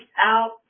out